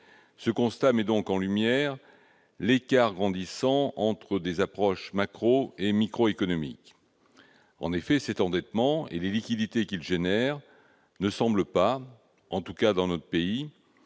Ce constat met en lumière l'écart grandissant entre les approches macroéconomiques et microéconomiques. En effet, cet endettement et les liquidités qu'il engendre ne semblent pas, en tout cas dans notre pays,